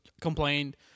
complained